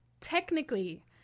technically